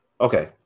Okay